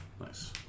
Nice